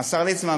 השר ליצמן,